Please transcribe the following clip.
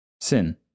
Sin